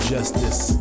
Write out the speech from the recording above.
Justice